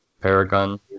Paragon